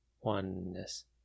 oneness